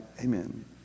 Amen